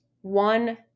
one-